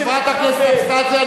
חברת הכנסת אבסדזה,